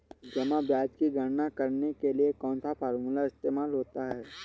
जमा ब्याज की गणना करने के लिए कौनसा फॉर्मूला इस्तेमाल होता है?